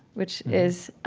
which is,